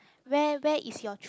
where where is your true